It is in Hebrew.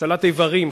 השתלת איברים,